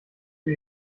für